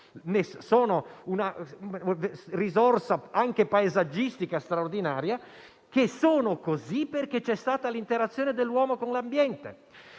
sono una risorsa anche paesaggistica straordinaria e lo sono perché c'è stata l'interazione dell'uomo con l'ambiente,